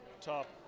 top